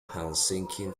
helsinki